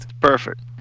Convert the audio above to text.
Perfect